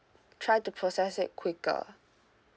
try to process it quicker